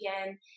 again